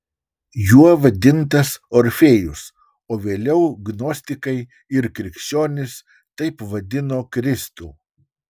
juo vadintas orfėjus o vėliau gnostikai ir krikščionys taip vadino kristų